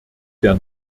der